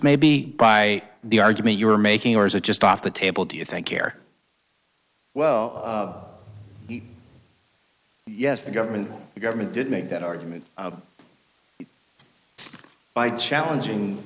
may be by the argument you were making or is it just off the table do you think you're well yes the government the government did make that argument by challenging